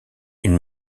une